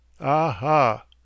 aha